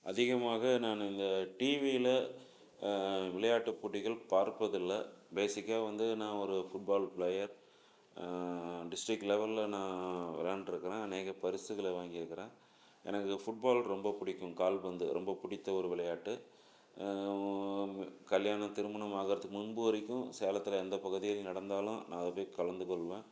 அதிகமாக நான் இந்த டிவியில் விளையாட்டுப் போட்டிகள் பார்ப்பதில்லை பேஸிக்காக வந்து நான் ஒரு ஃபுட்பால் ப்ளேயர் டிஸ்ட்ரிக்ட் லெவல்ல நான் விளையாண்டுருக்குறேன் அநேக பரிசுகளை வாங்கியிருக்கிறேன் எனக்கு ஃபுட்பால் ரொம்பப் பிடிக்கும் கால் பந்து ரொம்பப் பிடித்த ஒரு விளையாட்டு கல்யாணம் திருமணம் ஆகுறத்துக்கு முன்பு வரைக்கும் சேலத்தில் எந்தப் பகுதியில் நடந்தாலும் நான் அதில் போய் கலந்துக் கொள்வேன்